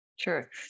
Sure